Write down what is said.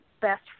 best